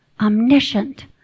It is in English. omniscient